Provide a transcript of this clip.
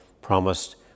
promised